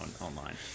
online